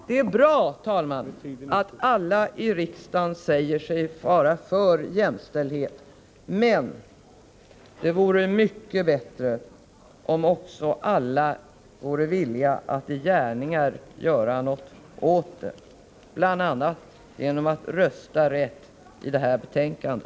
Det är bra, herr talman, att alla i riksdagen säger sig vara för jämställdhet, men det vore mycket bättre om också alla vore villiga att i gärningar göra någonting för jämställdheten. Det kan de göra bl.a. genom att rösta rätt om utskottets hemställan i detta betänkande.